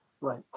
Right